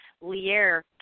Lierre